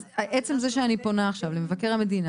עצם זה שאני פונה עכשיו למבקר המדינה